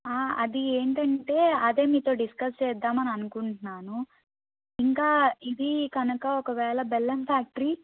అది ఏంటంటే అదే మీతో డిస్కస్ చేద్దామని అనుకుంటున్నాను ఇంకా ఇది కనుక ఒకవేళ బెల్లం ఫ్యాక్టరీ